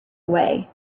away